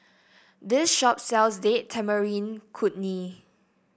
this shop sells Date Tamarind Chutney